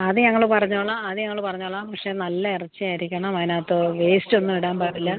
അത് ഞങ്ങൾ പറഞ്ഞോളാം അത് ഞങ്ങൾ പറഞ്ഞോളാം പക്ഷേ നല്ല ഇറച്ചി ആയിരിക്കണം അതിനകത്ത് വേസ്റ്റ് ഒന്നും ഇടാൻ പാടില്ല